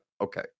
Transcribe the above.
Okay